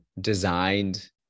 designed